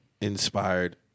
inspired